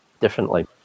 differently